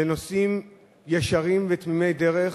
לנוסעים ישרים ותמימי דרך,